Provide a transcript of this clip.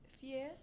fear